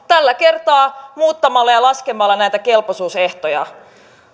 tällä kertaa muuttamalla ja laskemalla näitä kelpoisuusehtoja